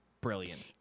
brilliant